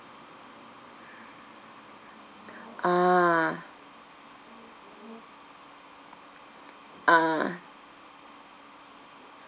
ah ah